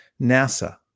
NASA